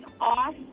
off